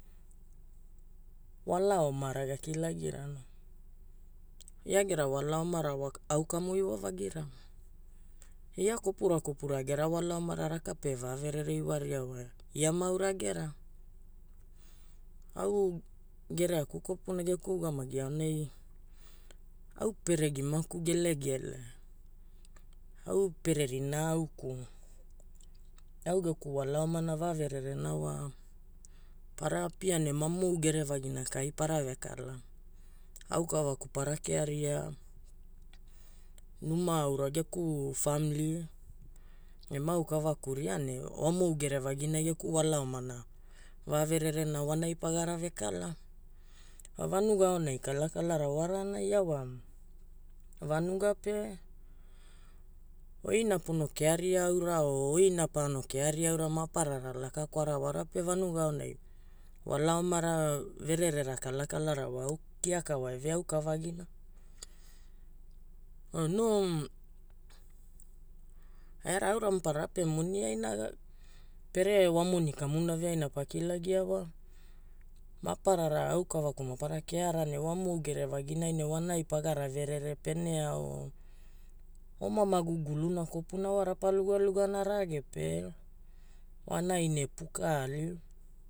Wala omara gakilagirao. Ia gera wala omara wa au kamu iwavagira. Ia kopura kopura gera wala omara raka pe vaverere iwaria wa ia maaura gera. Au gereaku kopuna geku ugamagi aonai, au pere gimaku gelegele, au pere rinaa auku, au geku wala omana vavererena wa para apia ne ma mou gerevagina kaai para vekalaa. Aukavaku para kearia, numa aura geku family e maaukavakuria ne wamou gerevaginai geku wala omana vavererena wanai pagara vekalaa. Wa vanuga aonai kalakalara warana ia wa vanuga pe, oi na pono kearia aura o oina paono kearia aura maparara laka kwara wara pe vanuga aonai wala omara vererera kalakalara wa kiaka wa eve aukavagi na. No era aura maparara pe moniaina pere wamoni kamuna veaina pakilagia wa maparara aukavaku mapara keara ne wamou gerevaginai ne wanai pagara verere pene ao oma maguguluna kopuna wa rapalugalugana rage pe wanai ne puka aliwa.